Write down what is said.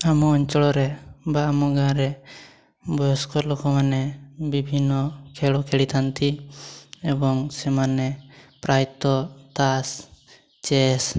ଆମ ଅଞ୍ଚଳରେ ବା ଆମ ଗାଁରେ ବୟସ୍କ ଲୋକମାନେ ବିଭିନ୍ନ ଖେଳ ଖେଳିଥାନ୍ତି ଏବଂ ସେମାନେ ପ୍ରାୟତଃ ତାସ୍ ଚେସ୍